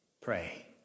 Pray